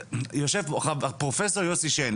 יושב פה פרופ' יוסי שיין,